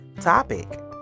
topic